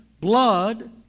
blood